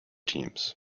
teams